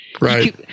Right